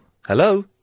Hello